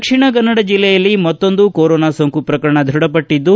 ದಕ್ಷಿಣ ಕನ್ನಡ ಜಿಲ್ಲೆಯಲ್ಲಿ ಮತ್ತೊಂದು ಕೊರೋನಾ ಸೋಂಕು ಪ್ರಕರಣ ದೃಢ ಪಟ್ಟದ್ದು